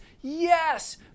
yes